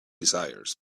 desires